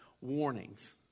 warnings